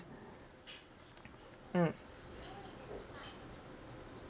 mm